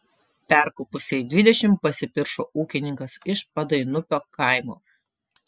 perkopusiai dvidešimt pasipiršo ūkininkas iš padainupio kaimo